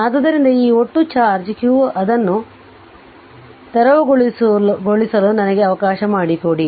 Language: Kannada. ಆದ್ದರಿಂದ ಈ ಒಟ್ಟು ಚಾರ್ಜ್ q ಅದನ್ನು ತೆರವುಗೊಳಿಸಲು ನನಗೆ ಅವಕಾಶ ಮಾಡಿಕೊಡಿ